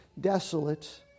desolate